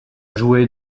joué